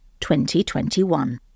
2021